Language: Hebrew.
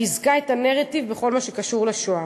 חיזקה את הנרטיב בכל מה שקשור לשואה.